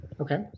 Okay